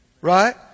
Right